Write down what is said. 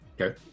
Okay